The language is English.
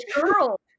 girl